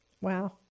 Wow